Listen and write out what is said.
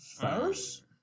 first